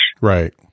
Right